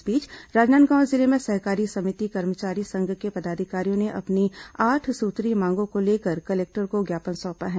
इस बीच राजनांदगांव जिले में सहकारी समिति कर्मचारी संघ के पदाधिकारियों ने अपनी आठ सूत्रीय मांगों को लेकर कलेक्टर को ज्ञापन सौंपा है